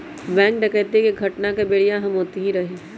bank डकैती के घटना के बेरिया हम ओतही रही